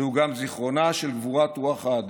זהו גם זיכרונה של גבורת רוח האדם.